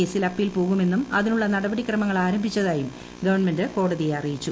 കേസിൽ അപ്പീൽ പോകുമെന്നും അതിനുള്ള നടപടി ക്രമങ്ങൾ ആരംഭിച്ചതായും ഗവൺമെന്റ് കോടതിയെ അറിയിച്ചു